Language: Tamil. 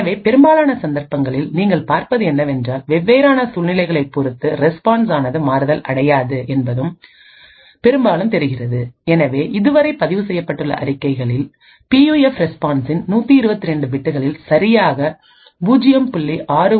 எனவேபெரும்பாலான சந்தர்ப்பங்களில் நீங்கள் பார்ப்பது என்னவென்றால் வெவ்வேறான சூழ்நிலைகளைப் பொறுத்து ரெஸ்பான்ஸ் ஆனது மாறுதல் அடையாது என்பது பெரும்பாலும் தெரிகிறது எனவே இதுவரை பதிவு செய்யப்பட்டுள்ள அறிக்கைகளில் பியூஎஃப் ரெஸ்பான்ஸ்சின் 128 பிட்களில் சராசரியாக 0